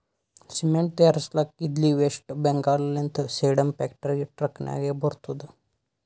cement ತೈಯಾರ್ಸ್ಲಕ್ ಇದ್ಲಿ ವೆಸ್ಟ್ ಬೆಂಗಾಲ್ ಲಿಂತ ಸೇಡಂ ಫ್ಯಾಕ್ಟರಿಗ ಟ್ರಕ್ ನಾಗೆ ಬರ್ತುದ್